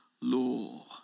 law